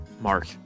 Mark